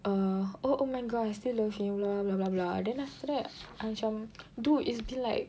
err oh oh my god I still love him blah blah blah blah blah then after that I macam dude it's been like